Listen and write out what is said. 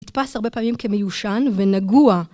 ‫נתפס הרבה פעמים כמיושן ונגוע.